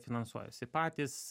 finansuojasi patys